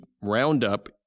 Roundup